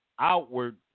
outward